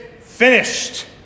finished